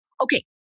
Okay